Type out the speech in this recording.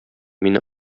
мине